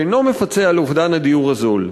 שאינו מפצה על אובדן הדיור הזול.